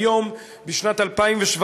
כיום, בשנת 2017,